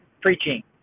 preaching